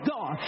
God